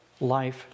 life